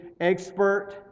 expert